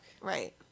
Right